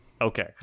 Okay